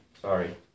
sorry